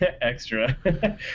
extra